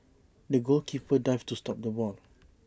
the goalkeeper dived to stop the ball